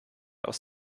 aus